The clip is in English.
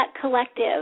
collective